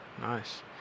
Nice